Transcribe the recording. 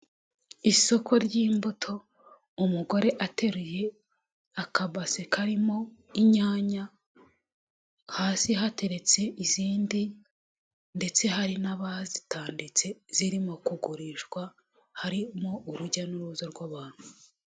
Isoko ry'imbuto umugore ateruye aka base karimo inyanya hasi hateretse izindi ndetse hari n'abazitaditse zirimo kugurishwa harimo urujya n'uruza rw'abantu.